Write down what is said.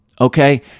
Okay